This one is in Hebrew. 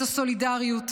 את הסולידריות.